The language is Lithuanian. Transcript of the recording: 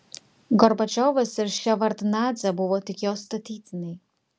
gorbačiovas ir ševardnadzė buvo tik jo statytiniai